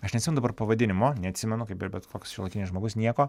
aš neatsimenu dabar pavadinimo neatsimenu kaip ir bet koks šiuolaikinis žmogus nieko